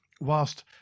whilst